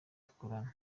dukorana